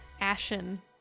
ashen